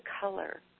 color